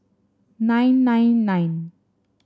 nine nine nine